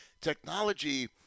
technology